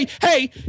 hey